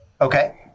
Okay